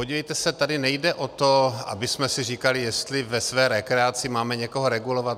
Podívejte se, tady nejde o to, abychom si říkali, jestli ve své rekreaci máme někoho regulovat.